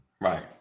Right